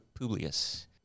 Publius